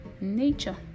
nature